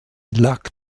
lac